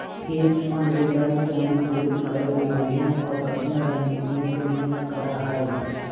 hedge fund return के अनुकूलित करे ला विभिन्न और कठिन रणनीतियन के नियुक्त करा हई